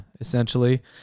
essentially